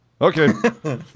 Okay